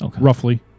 roughly